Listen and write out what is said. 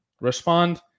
respond